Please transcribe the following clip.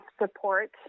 support